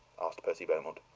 asked percy beaumont.